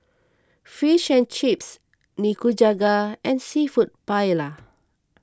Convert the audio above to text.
Fish and Chips Nikujaga and Seafood Paella